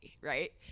right